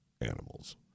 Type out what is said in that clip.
animals